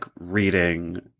reading